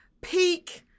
peak